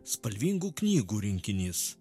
spalvingų knygų rinkinys